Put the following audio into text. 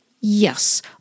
Yes